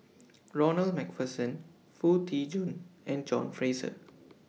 Ronald MacPherson Foo Tee Jun and John Fraser